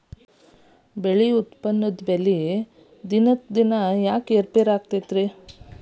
ಬೆಳೆಗಳ ಉತ್ಪನ್ನದ ಬೆಲೆಯು ಪ್ರತಿದಿನ ಯಾಕ ಏರು ಪೇರು ಆಗುತ್ತೈತರೇ?